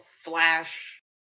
flash